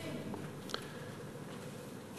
רוצחים.